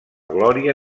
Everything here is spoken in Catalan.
glòria